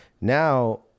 Now